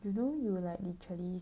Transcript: you don't you will like literally